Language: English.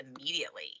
immediately